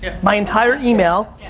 ah my entire email